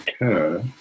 occur